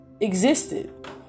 existed